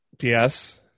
Yes